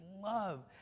love